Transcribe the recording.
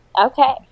Okay